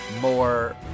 more